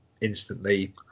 instantly